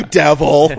devil